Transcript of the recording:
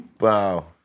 Wow